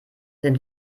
sind